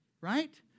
right